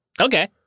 Okay